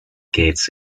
gates